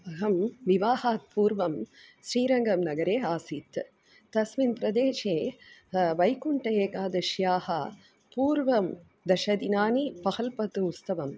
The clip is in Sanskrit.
अहं विवाहात् पूर्वं श्रीरङ्गनगरे आसीत् तस्मिन् प्रदेशे वैकुण्ठएकादश्याः पूर्वं दशदिनानि वहल्पतोत्सवम्